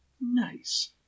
Nice